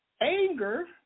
anger